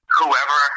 whoever